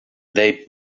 they